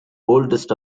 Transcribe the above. oldest